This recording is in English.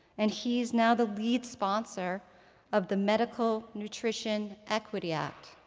and he is now the lead sponsor of the medical nutrition equity act.